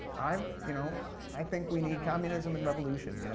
um you know i think we need communism and revolution. you know